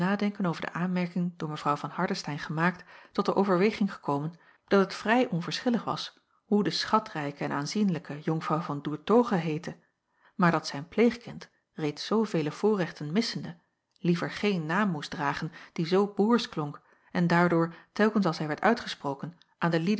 nadenken over de aanmerking door mw van hardestein gemaakt tot de overweging gekomen dat het vrij onverschillig was hoe de schatrijke en aanzienlijke jonkvrouw van doertoghe heette maar dat zijn pleegkind reeds zoovele voorrechten missende liever geen naam moest dragen die zoo boersch klonk en daardoor telkens als hij werd uitgesproken aan de